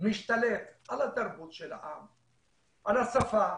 משתלב בתרבות של העם, בשפה,